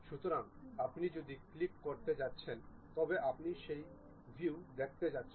সুতরাং আপনি যদি ক্লিক করতে যাচ্ছেন তবে আপনি সেই ভিউ দেখতে যাচ্ছেন